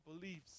beliefs